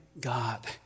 God